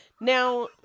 Now